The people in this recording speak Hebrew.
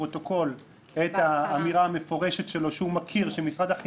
מה זה ה-52 מיליון שאתה אומר שיורדים?